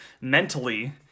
mentally